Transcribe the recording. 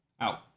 out